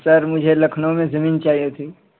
سر مجھے لکھنؤ میں زمین چاہیے تھی